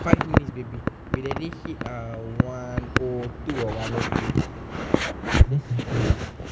five minutes baby we already hit uh one oh two or one oh three